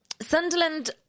Sunderland